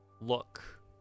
look